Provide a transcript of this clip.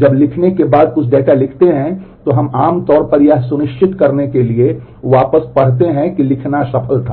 जब हम लिखने के बाद कुछ डेटा लिखते हैं तो हम आमतौर पर यह सुनिश्चित करने के लिए वापस पढ़ते हैं कि लिखना सफल था